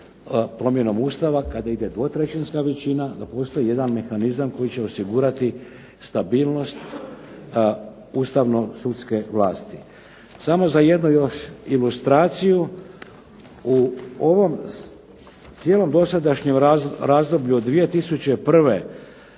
promjenom Ustava kada ide dvotrećinska većina, da postoji jedan mehanizam koji će osigurati stabilnost ustavno-sudske vlasti. Samo za jednu još ilustraciju. U ovom cijelom dosadašnjem razdoblju od 2001. do